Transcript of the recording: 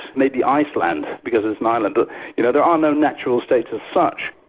maybe iceland because it's an island, but you know there are no natural states as such.